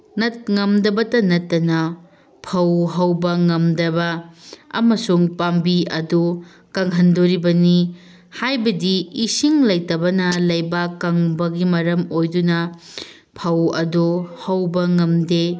ꯉꯝꯗꯕꯗ ꯅꯠꯇꯅ ꯐꯧ ꯍꯧꯕ ꯉꯝꯗꯕ ꯑꯃꯁꯨꯡ ꯄꯥꯝꯕꯤ ꯑꯗꯨ ꯀꯪꯍꯟꯗꯣꯔꯤꯕꯅꯤ ꯍꯥꯏꯕꯗꯤ ꯏꯁꯤꯡ ꯂꯩꯇꯕꯅ ꯂꯩꯕꯥꯛ ꯀꯪꯕꯒꯤ ꯃꯔꯝ ꯑꯣꯏꯗꯨꯅ ꯐꯧ ꯑꯗꯣ ꯍꯧꯕ ꯉꯝꯗꯦ